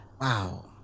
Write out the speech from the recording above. Wow